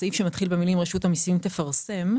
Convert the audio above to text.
הסעיף שמתחיל במילים: רשות המסים תפרסם,